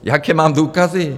Jaké mám důkazy?